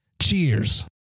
Cheers